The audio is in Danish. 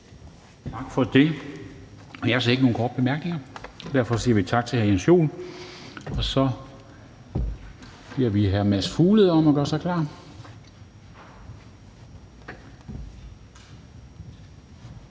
ikke nogen, der ønsker korte bemærkninger, og derfor siger vi tak til hr. Jens Joel. Så beder vi hr. Mads Fuglede om at gøre sig klar.